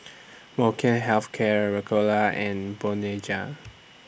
Molnylcke Health Care Ricola and Bonjela